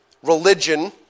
Religion